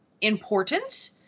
important